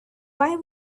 why